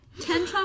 Ten